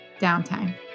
Downtime